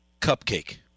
cupcake